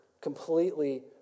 completely